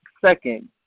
second